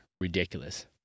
ridiculous